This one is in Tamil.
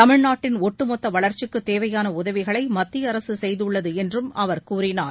தமிழ்நாட்டின் ஒட்டுமொத்த வளர்ச்சிக்கு தேவையான உதவிகளை மத்திய அரசு செய்துள்ளது என்றும் அவர் கூறினார்